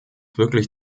wirklich